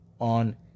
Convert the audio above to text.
on